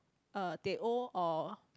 uh teh O or